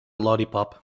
lollipop